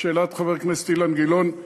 לשאלת חבר הכנסת אילן גילאון,